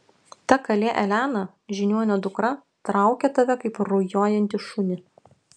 ta kalė elena žiniuonio dukra traukia tave kaip rujojantį šunį